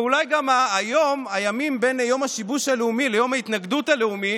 ואולי גם הימים בין יום השיבוש הלאומי ליום ההתנגדות הלאומי,